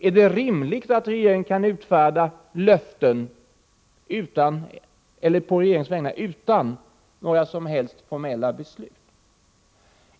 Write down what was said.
Är det rimligt att löften kan utfärdas å regeringens vägnar utan några som helst formella beslut?